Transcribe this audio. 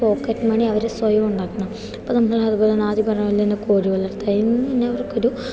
pocket money അവർ സ്വയം ഉണ്ടാക്കണം അപ്പം നമ്മൾ അതുപോലെത്തന്നെ ആദ്യം പറഞ്ഞപോലെത്തന്നെ കോഴി വളർത്തൽ അവർക്കൊരു